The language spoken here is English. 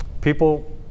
people